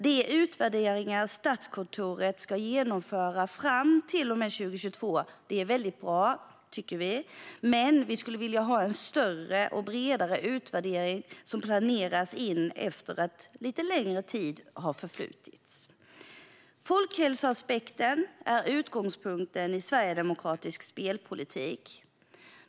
De utvärderingar som Statskontoret ska genomföra fram till och med 2022 tycker vi är mycket bra. Men vi skulle vilja ha en större och bredare utvärdering som planeras in efter att lite längre tid har förflutit. Folkhälsoaspekten är utgångspunkten i sverigedemokratisk spelpolitik.